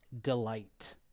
delight